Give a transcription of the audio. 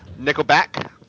Nickelback